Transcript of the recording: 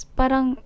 parang